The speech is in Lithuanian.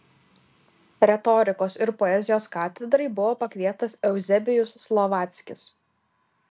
retorikos ir poezijos katedrai buvo pakviestas euzebijus slovackis